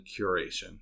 curation